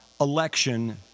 election